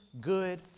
good